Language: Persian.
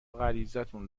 غریزتون